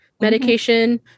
medication